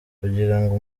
kugirango